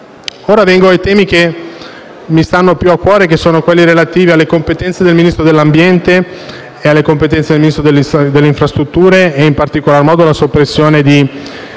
quindi ai temi che mi stanno più a cuore, che sono quelli relativi alle competenze del Ministro dell'ambiente, del Ministro delle infrastrutture e in particolar modo alla soppressione di